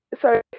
Sorry